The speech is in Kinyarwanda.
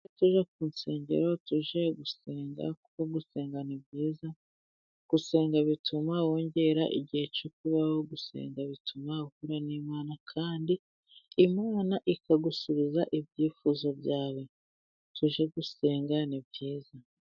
Tujye tujya ku nsengero tujye gusenga kuko gusenga ni byiza, gusenga bituma wongera igihe cyo kubaho, gusenga bituma uhura n'Imana, kandi Imana ikagusubiza ibyifuzo byawe tujye gusenga ni byiza.